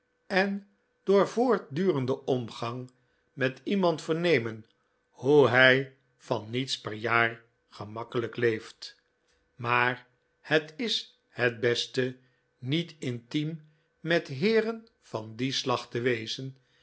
en door voortdurenden omgang met iemand vernemen hoe hij van niets per jaar gemakkelijk leeft maar het is het beste niet intiem met heeren van dit slag te wezen